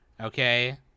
okay